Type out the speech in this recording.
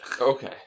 Okay